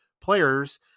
players